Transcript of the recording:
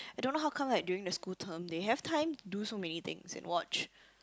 I don't know how come like during the school term they have time to do so many things and watch